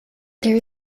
there